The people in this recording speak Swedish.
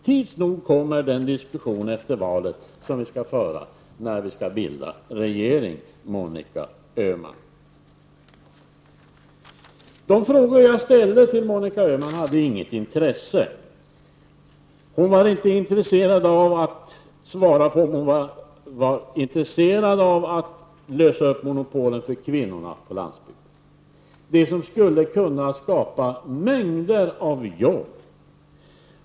Tids nog kommer den diskussion som vi skall föra efter valet när vi skall bilda regering, Monica Öhman. De frågor jag ställde till Monica Öhman var inte av intresse för henne. Hon var inte intresserad av att svara på om hon ville lösa upp monopolen för kvinnorna på landsbygden, vilket skulle kunna skapa mängder av arbetstillfällen.